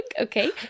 Okay